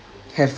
have